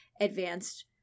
advanced